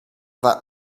that